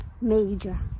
major